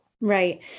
Right